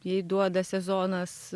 jei duoda sezonas